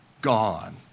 gone